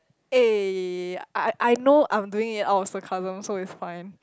eh I I know I am doing it out of sarcasm so it's fine